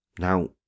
Now